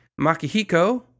Makihiko